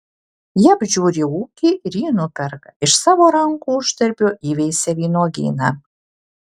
ji apžiūri ūkį ir jį nuperka iš savo rankų uždarbio įveisia vynuogyną